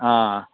हा